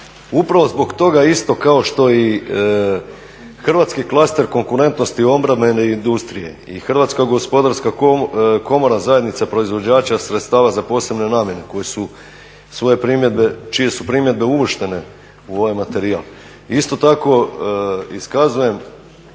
upravo zbog toga isto kao što i hrvatski klaster konkurentnosti obrambene industrije i Hrvatska gospodarska komora zajednica proizvođača sredstava za posebne namjene čije su primjedbe uvrštene u ovaj materijal. Isto tako iskazujem